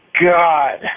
god